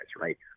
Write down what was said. right